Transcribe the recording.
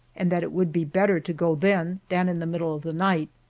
and that it would be better to go then, than in the middle of the night.